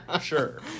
sure